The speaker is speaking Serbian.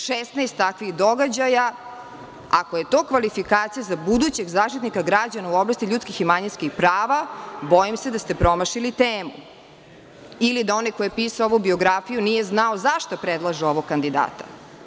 Šesnaest takvih događaja, ako je to kvalifikacija za budućeg zaštitnika građana u oblasti ljudskih i manjinskih prava, bojim ste da ste promašili temu ili da onaj koji je pisao ovu biografiju nije znao za šta predlaže ovog kandidata.